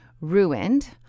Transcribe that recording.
ruined